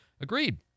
Agreed